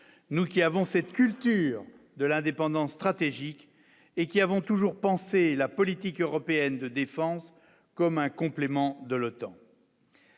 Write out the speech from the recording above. nous qui avons cette culture de l'indépendance stratégique et qui avons toujours pensé la politique européenne de défense, comme un complément de l'Otan.